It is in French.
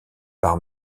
par